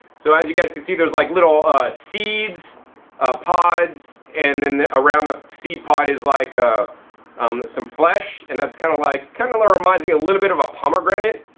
so as you guys could see, there's like little seeds ah pods and then around the seed pod is like ah um some flesh. and that's kind of like, kind of reminds me a little bit of a pomegranate.